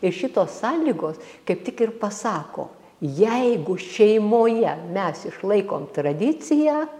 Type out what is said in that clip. ir šitos sąlygos kaip tik ir pasako jeigu šeimoje mes išlaikom tradiciją